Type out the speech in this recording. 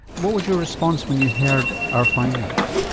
what was your response when you heard our findings?